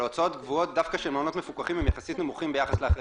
הוצאות קבועות דווקא של מעונות מפוקחים הם יחסית נמוכים ביחס לאחרים,